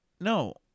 No